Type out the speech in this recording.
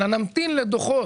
אלא שנמתין לדוחות,